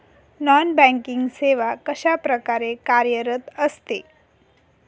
Non banking सेवा कशाप्रकारे कार्यरत असते?